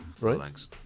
right